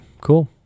cool